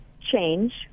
change